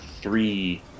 three